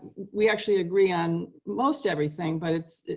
we actually agree on most everything, but it's